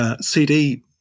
CD